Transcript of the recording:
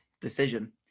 decision